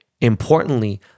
Importantly